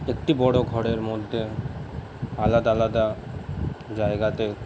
একটি বড় ঘরের মধ্যে আলাদা আলাদা জায়গাতে